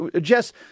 Jess